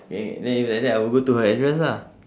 K then if like that I will go to her address lah